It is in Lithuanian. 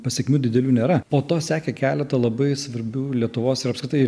pasekmių didelių nėra po to sekė keleta labai svarbių lietuvos ir apskritai